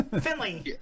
finley